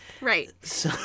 Right